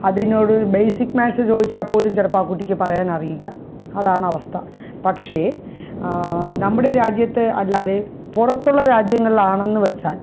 അതിനോട് basic maths ചോദിച്ചാല്പ്പോലും ചിലപ്പോള് ആ കുട്ടിക്ക് പറയാനറിയില്ല അതാണ് അവസ്ഥ പക്ഷേ നമ്മുടെ രാജ്യത്ത് അല്ലാതെ പുറത്തുള്ള രാജ്യങ്ങളിലാണെന്ന് വച്ചാൽ